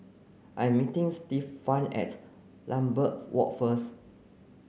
I am meeting Stefan at Lambeth Walk first